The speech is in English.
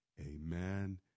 amen